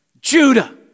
Judah